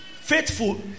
Faithful